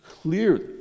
clearly